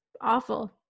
awful